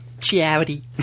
charity